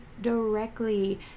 directly